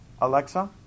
Alexa